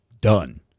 Done